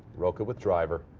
rocca with driver